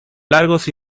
largos